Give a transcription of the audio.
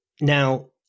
Now